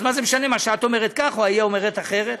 מה זה משנה שאת אומרת כך או ההיא אומרת אחרת?